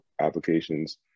applications